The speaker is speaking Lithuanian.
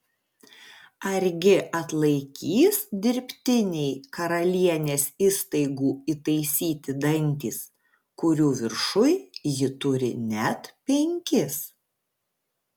argi atlaikys dirbtiniai karalienės įstaigų įtaisyti dantys kurių viršuj ji turi net penkis